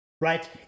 right